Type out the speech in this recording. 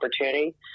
opportunity